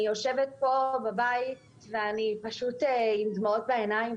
אני יושבת פה בבית ואני פשוט עם דמעות בעיניים.